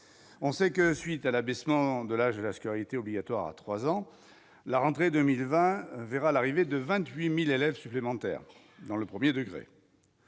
on sait que, suite à l'abaissement de l'âge de la scolarité obligatoire à 3 ans, la rentrée 2020 verra l'arrivée de 28000 élèves supplémentaires dans le 1er degré